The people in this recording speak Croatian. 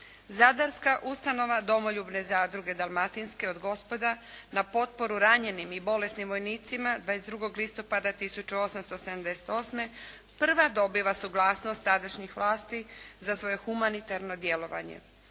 Zadarska ustanova "Domoljubne zadruge dalmatinske od gospoda" na potporu ranjenim i bolesnim vojnicima 22. listopada 1878. prva dobiva suglasnost tadašnjih vlasti za svoje humanitarno djelovanje.